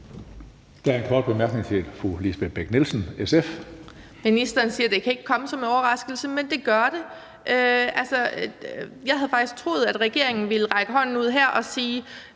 Jeg havde faktisk troet, at regeringen ville række hånden ud her og sige: